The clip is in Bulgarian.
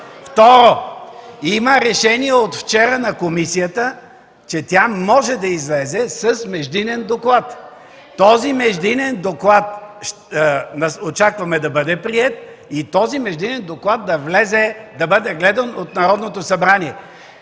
Второ, има решение от вчера на комисията, че тя може да излезе с междинен доклад. Този междинен доклад очакваме да бъде приет и да бъде гледан от Народното събрание.